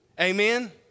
Amen